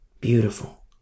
Beautiful